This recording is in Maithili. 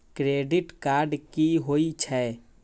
क्रेडिट कार्ड की होई छै?